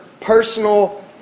personal